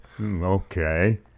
Okay